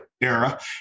era